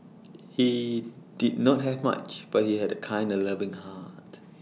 he did not have much but he had A kind and loving heart